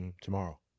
tomorrow